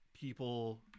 people